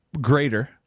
greater